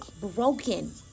broken